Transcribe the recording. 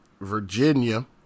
Virginia